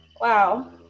wow